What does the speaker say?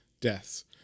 deaths